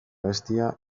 abestia